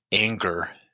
anger